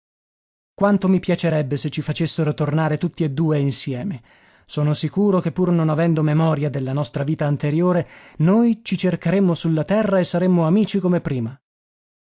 quanto mi piacerebbe se ci facessero tornare tutti e due insieme sono sicuro che pur non avendo memoria della nostra vita anteriore noi ci cercheremmo su la terra e saremmo amici come prima